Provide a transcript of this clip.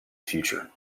future